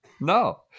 no